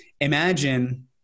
imagine